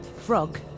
Frog